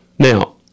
Now